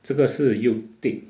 这个又 thick